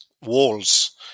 walls